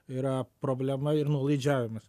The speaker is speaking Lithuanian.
yra problema ir nuolaidžiavimas